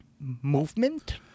movement